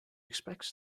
expects